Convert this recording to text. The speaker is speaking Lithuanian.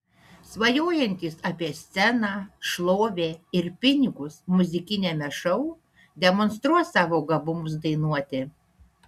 svajojantys apie sceną šlovę ir pinigus muzikiniame šou demonstruos savo gabumus dainuoti